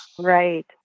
Right